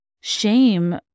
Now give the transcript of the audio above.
shame